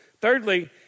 Thirdly